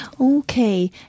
Okay